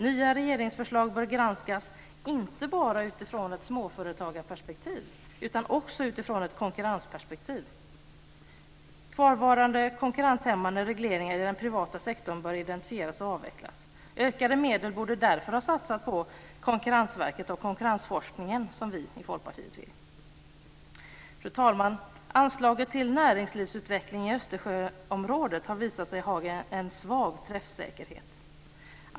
Nya regeringsförslag bör granskas inte bara utifrån ett småföretagarperspektiv utan också utifrån ett konkurrensperspektiv. Kvarvarande konkurrenshämmande regleringar i den privata sektorn bör identifieras och avvecklas. Ökade medel borde därför ha satsats på Konkurrensverket och konkurrensforskningen, som vi i Folkpartiet vill. Fru talman! Anslaget till näringslivsutveckling i Östersjöområdet har visat sig ha en svag träffsäkerhet.